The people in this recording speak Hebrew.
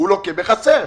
הוא לוקה בחסר.